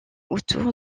autour